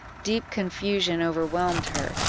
deep confusion overwhelmed her,